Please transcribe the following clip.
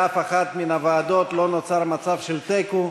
באף אחת מן הוועדות לא נוצר מצב של תיקו,